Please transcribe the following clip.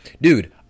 Dude